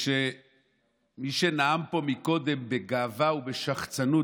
מי שנאם פה קודם בגאווה ובשחצנות,